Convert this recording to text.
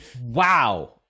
Wow